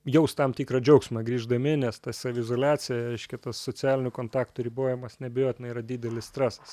jaus tam tikrą džiaugsmą grįždami nes ta saviizoliacija reiškia tas socialinių kontaktų ribojimas neabejotinai yra didelis stresas